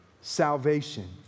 salvation